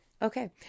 Okay